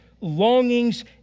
longings